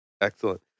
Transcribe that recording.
Excellent